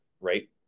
right